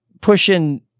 pushing